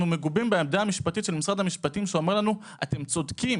מגובים בעמדה המשפטית של משרד המשפטים שאומר לנו שאנחנו צודקים.